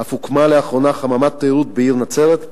אף הוקמה לאחרונה חממת תיירות בעיר נצרת,